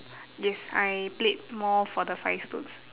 yes I played more for the five stones